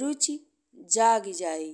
रुचि जागि जाइ।